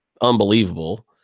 unbelievable